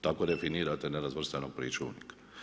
Tako definirate nerazvrstanog pričuvnika.